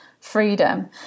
freedom